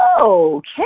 okay